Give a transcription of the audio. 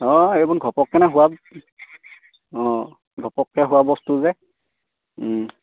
অঁ এইবোৰ ঘপককেনে হোৱা অঁ ঘপককৈ হোৱা বস্তু যে